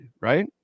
right